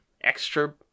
extra